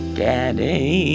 daddy